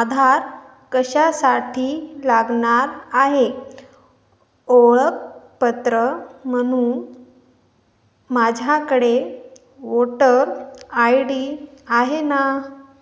आधार कशासाठी लागणार आहे ओळखपत्र म्हणून माझ्याकडे वोटर आय डी आहे ना